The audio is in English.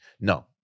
no